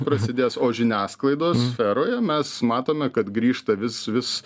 prasidės o žiniasklaidos sferoje mes matome kad grįžta vis vis